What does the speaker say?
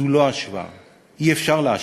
אי-אפשר להשוות,